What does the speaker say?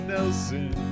Nelson